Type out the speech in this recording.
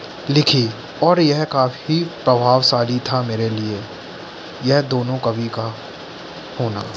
लिखी और यह काफ़ी प्रभावशाली था मेरे लिए यह दोनों कवि का होना